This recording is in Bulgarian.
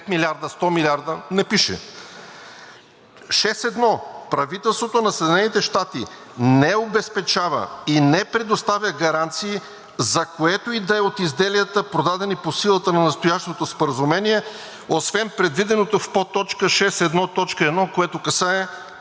милиарда, 100 милиарда? Не пише. „6.1. Правителството на Съединените щати не обезпечава и не предоставя гаранции за което и да е от изделията, продадени по силата на настоящото споразумение, освен предвиденото в подточка 6.1.1., което касае